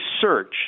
search